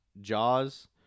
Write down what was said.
Jaws